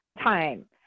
time